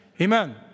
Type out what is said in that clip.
Amen